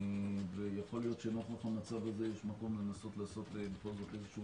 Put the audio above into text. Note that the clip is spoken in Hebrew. יכול להיות שלנוכח המצב הזה יש מקום לנסות לעשות בכל זאת איזשהו